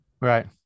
Right